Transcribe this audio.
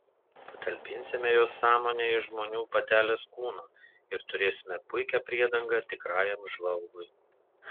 patalpinsime jos sąmonę į žmonių patelės kūną ir turėsime puikią priedangą tikrajam žvalgui